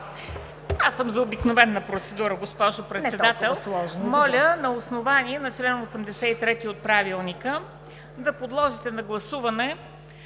Аз съм за обикновена процедура, госпожо Председател. Моля на основание на чл. 83 от Правилника да подложите на гласуване